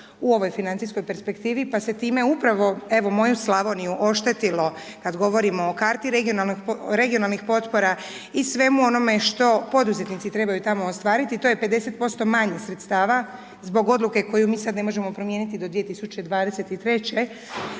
u ovoj financijskoj perspektivi, pa se time upravo, evo, moju Slavoniju, oštetilo, kada govorimo o karti regionalnih potpora i svemu onome što poduzetnici trebaju tamo ostvariti. To je 50% manje sredstava zbog odluke koju mi sada ne možemo promijeniti do 2023.-će.